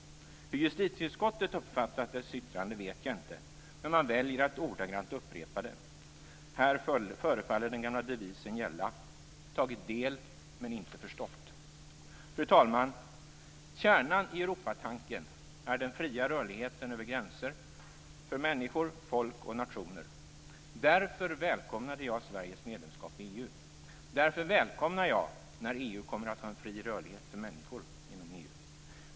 Hur justitieutskottet uppfattat dess yttrande vet jag inte, men man väljer att ordagrant upprepa det. Här förefaller den gamla devisen gälla: Tagit del, men inte förstått. Fru talman! Kärnan i Europatanken är den fria rörligheten över gränser för människor, folk och nationer. Därför välkomnade jag Sveriges medlemskap i EU. Därför välkomnar jag när EU kommer att ha en fri rörlighet för människor inom EU.